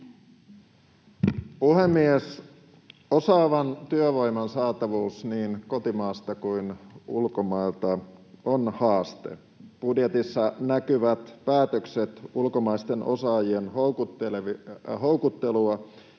Puhemies! Osaavan työvoiman saatavuus niin kotimaasta kuin ulkomailta on haaste. Budjetissa näkyvät päätökset ulkomaisten osaajien houkuttelua